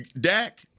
Dak